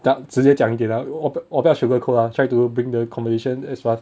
that 直接讲给他我不要 sugarcoat lah try to bring the conversation as fast